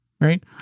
right